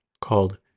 called